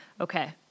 Okay